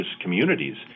communities